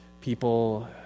people